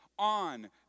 on